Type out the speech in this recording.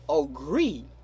agree